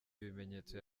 ibimenyetso